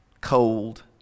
cold